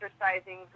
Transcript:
exercising